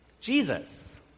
Jesus